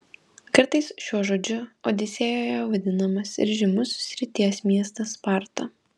kartais šiuo žodžiu odisėjoje vadinamas ir žymus srities miestas sparta